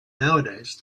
nowadays